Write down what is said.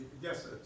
Yes